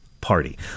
party